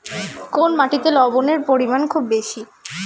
কোন মাটিতে লবণের পরিমাণ খুব বেশি?